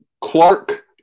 Clark